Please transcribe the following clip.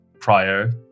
prior